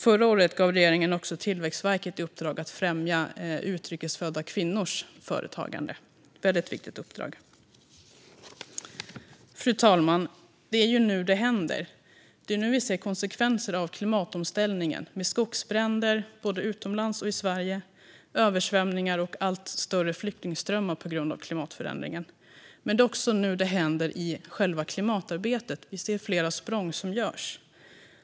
Förra året gav regeringen också Tillväxtverket i uppdrag att främja utrikes födda kvinnors företagande. Det är ett väldigt viktigt uppdrag. Fru talman! Det är nu det händer. Det är nu som vi ser konsekvenser av klimatförändringarna med skogsbränder både utomlands och i Sverige, med översvämningar och med allt större flyktingströmmar. Men det är också nu det händer i själva klimatarbetet. Vi ser flera språng som görs.